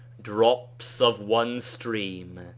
drops of one stream,